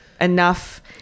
enough